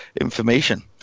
information